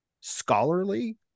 scholarly